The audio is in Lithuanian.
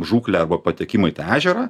žūklę arba patekimą į tą ežerą